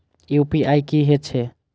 UPI की हेछे?